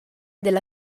della